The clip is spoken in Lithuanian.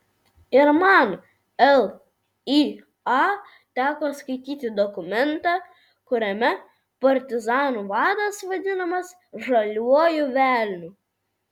ir man lya teko skaityti dokumentą kuriame partizanų vadas vadinamas žaliuoju velniu